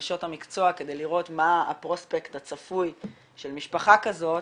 בנשות המקצוע כדי לראות מה הפרוספקט הצפוי של משפחה כזאת.